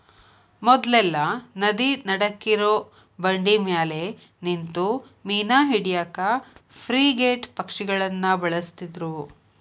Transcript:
ಮೊದ್ಲೆಲ್ಲಾ ನದಿ ನಡಕ್ಕಿರೋ ಬಂಡಿಮ್ಯಾಲೆ ನಿಂತು ಮೇನಾ ಹಿಡ್ಯಾಕ ಫ್ರಿಗೇಟ್ ಪಕ್ಷಿಗಳನ್ನ ಬಳಸ್ತಿದ್ರು